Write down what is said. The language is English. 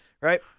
Right